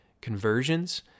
conversions